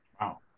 Wow